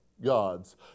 gods